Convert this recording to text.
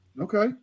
Okay